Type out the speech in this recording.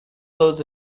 those